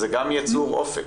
זה גם ייצור אופק.